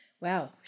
Wow